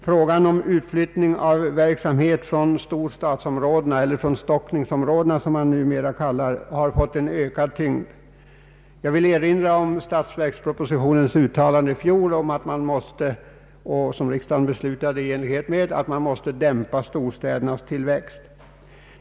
Frågan om utflyttning av verksamhet från storstadsområdena — eller från stockningsområdena, som man numera kallar dem — har fått ökad tyngd. Jag vill erinra om statsverkspropositionens uttalande i fjol, som riksdagen beslutade i enlighet med, att man måste dämpa storstädernas tillväxt.